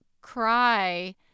cry